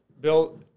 Bill